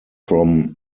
from